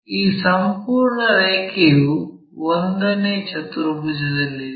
ಈ ಸಂಪೂರ್ಣ ರೇಖೆಯು 1 ನೇ ಚತುರ್ಭುಜದಲ್ಲಿದೆ